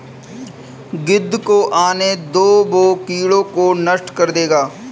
गिद्ध को आने दो, वो कीड़ों को नष्ट कर देगा